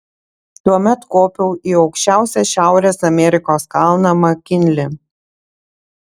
tuomet kopiau į aukščiausią šiaurės amerikos kalną makinlį